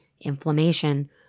inflammation